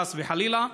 חס וחלילה.